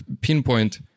pinpoint